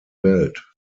welt